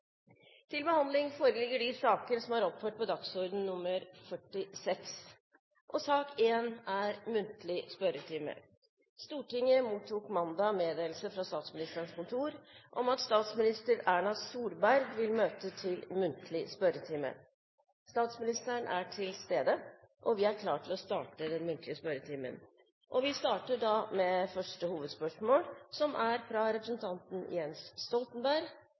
Stortinget mottok mandag meddelelse fra Statsministerens kontor om at statsminister Erna Solberg vil møte til muntlig spørretime. Statsministeren er til stede, og vi er klare til å starte den muntlige spørretimen. Vi starter med første hovedspørsmål, fra representanten Jens Stoltenberg.